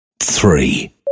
three